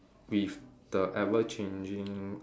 with the ever changing uh